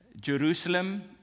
Jerusalem